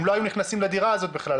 הם לא היו נכנסים לדירה הזאת בכלל.